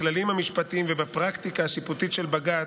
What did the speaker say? בכללים המשפטיים ובפרקטיקה השיפוטית של בג"ץ,